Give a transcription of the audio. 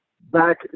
Back